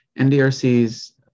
NDRC's